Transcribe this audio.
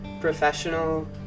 professional